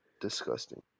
disgusting